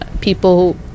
people